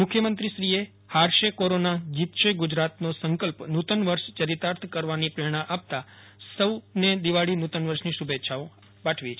મુખ્યમંત્રીશ્રી હારસે કોરોના જિતશે ગુજરાતનો સંકલ્પ નુતન વર્ષ ચરિતાર્થ કરવાની પ્રેરણઆ આપતા સૌને દિવાળી નુ તન વર્ષની શુ ભે ચ્છાઓ આપી છે